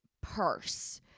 purse